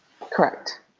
Correct